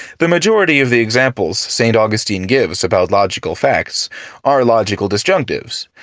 the majority of the examples st. augustine gives about logical facts are logical disjunctives,